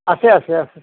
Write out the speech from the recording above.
আছে আছে আছে